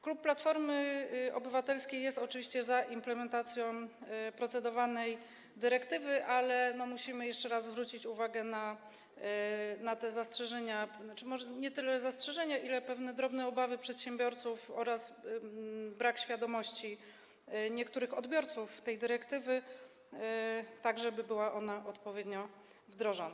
Klub Platformy Obywatelskiej jest oczywiście za implementacją procedowanej dyrektywy, ale musimy jeszcze raz zwrócić uwagę na te zastrzeżenia, może nie tyle zastrzeżenia, ile pewne drobne obawy przedsiębiorców, oraz na brak świadomości niektórych odbiorców tej dyrektywy, po to żeby była ona odpowiednio wdrożona.